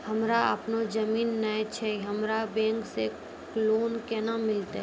हमरा आपनौ जमीन नैय छै हमरा बैंक से लोन केना मिलतै?